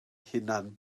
hunan